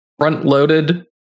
front-loaded